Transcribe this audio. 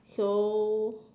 so